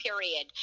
period